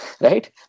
right